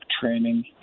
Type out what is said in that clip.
training